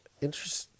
Interesting